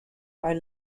are